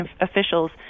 officials